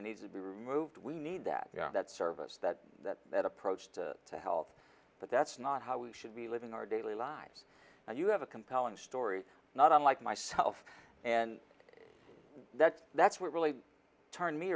and needs to be removed we need that that service that that that approach to health but that's not how we should be living our daily lives and you have a compelling story not unlike myself and that's that's what really turned me